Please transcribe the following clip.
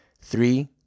Three